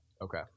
Okay